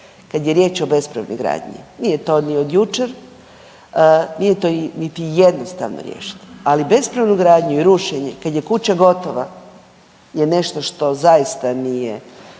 Kada je riječ o bespravnoj gradnji, nije to ni od jučer, nije to niti jednostavno riješiti, ali bespravnu gradnju i rušenje kada je kuća gotova je nešto što zaista nije,